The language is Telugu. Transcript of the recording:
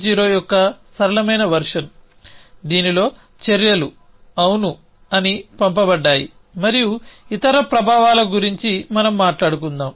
0 యొక్క సరళమైన వెర్షన్ దీనిలో చర్యలు అవును అని పంపబడ్డాయి మరియు ఇతర ప్రభావాల గురించి మనం మాట్లాడుకుందాం